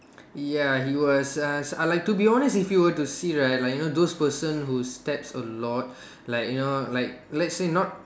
ya he was uh like to be honest if you were to see right like you know those person who steps a lot like you know like let's say not